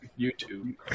YouTube